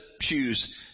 choose